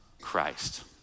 christ